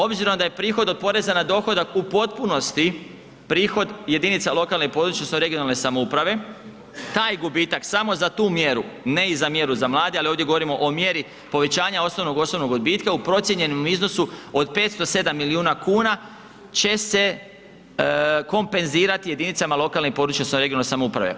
Obzirom da je prihod od porezna na dohodak u potpunosti prihod jedinica lokalne i područne odnosno regionalne samouprave, taj gubitak samo za tu mjeru, ne i za mjeru za mlade, ali ovdje govorimo o mjeri povećanja osnovnog osobnog odbitka u procijenjenom iznosu 507 milijuna kuna će se kompenzirati jedinicama lokalne i područne odnosno regionalne samouprave.